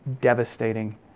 devastating